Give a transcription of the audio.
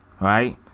right